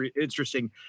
interesting